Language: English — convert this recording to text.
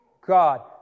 God